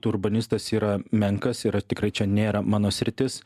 urbanistas yra menkas ir tikrai čia nėra mano sritis